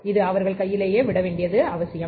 இது அவர்கள் கையிலேயே விட வேண்டியது அவசியம்